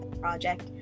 project